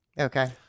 Okay